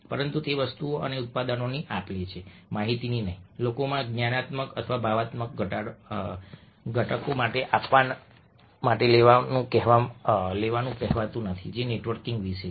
પરંતુ તે વસ્તુઓ અને ઉત્પાદનોની આપ લે છે માહિતીની નહીં લોકોમાં જ્ઞાનાત્મક અથવા ભાવનાત્મક ઘટકો માટે આપવા અને લેવાનું કહેવું નથી જે નેટવર્કિંગ વિશે છે